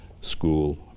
school